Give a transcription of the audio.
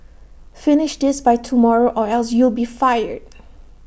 finish this by tomorrow or else you'll be fired